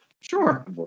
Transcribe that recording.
Sure